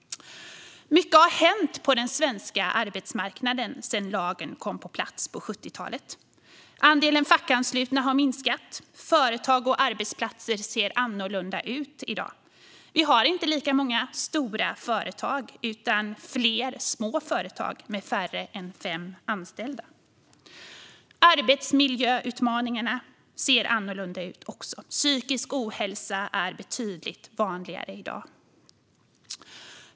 Mycket har hänt på den svenska arbetsmarknaden sedan lagen kom på plats på 70-talet. Andelen fackanslutna har minskat. Företag och arbetsplatser ser annorlunda ut i dag. Vi har inte lika många stora företag utan fler små företag med färre än fem anställda. Arbetsmiljöutmaningarna ser också annorlunda ut. Psykisk ohälsa är betydligt vanligare i dag.